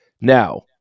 Now